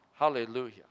Hallelujah